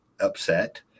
upset